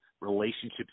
relationships